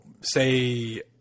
say